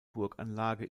burganlage